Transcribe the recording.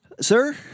sir